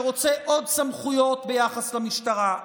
שרוצה עוד סמכויות ביחס למשטרה,